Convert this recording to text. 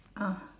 ah